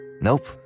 Nope